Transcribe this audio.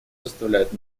составляют